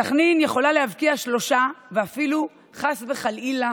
סח'נין יכולה להבקיע שלושה ואפילו, חס וחלילה,